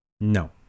no